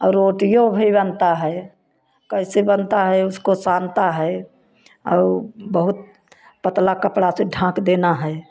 और रोटियों भी बनता है कैसे बनता है उसको सानता है और बहुत पतला कपड़ा से ढाँक देना है